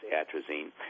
atrazine